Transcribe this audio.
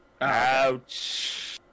Ouch